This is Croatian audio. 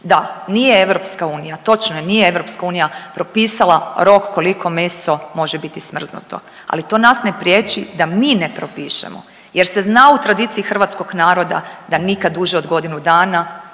Da, nije EU, točno je nije EU propisala rok koliko meso može biti smrznuto, ali to nas ne priječi da mi ne propišemo jer se zna u tradiciji hrvatskog naroda da nikad uže od godinu dana